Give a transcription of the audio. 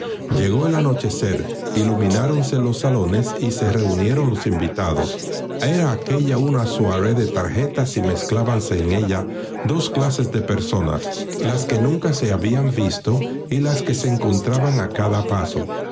llegó el anochecer ilumináronse los salones y se reunieron los invitados era aquella una soirée de tarjetas y mezclábanse en ella dos clases de personas las que nunca se habían visto y las que se encontraban a cada paso